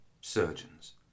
surgeons